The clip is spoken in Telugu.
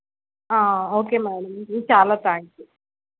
ఓకే మ్యాడమ్ చాలా థాంక్స్